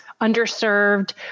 underserved